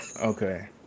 Okay